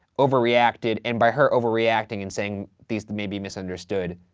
overreacted, and by her overreacting and saying, these may be misunderstood,